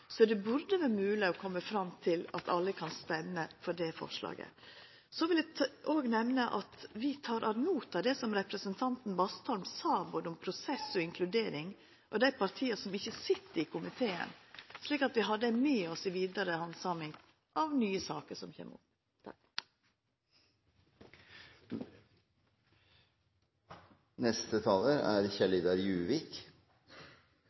Så det burde vera mogleg å koma fram til at alle kan stemma for det forslaget. Så vil eg òg nemna at vi tek oss ad notam det som representanten Bastholm sa både om prosess og om inkludering av dei partia som ikkje sit i komiteen, slik at vi har det med oss i handsaminga av nye saker som kjem opp. Jeg er